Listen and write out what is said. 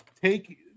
take